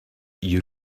you